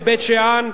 לבית-שאן,